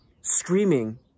screaming